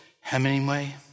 Hemingway